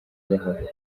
gahoro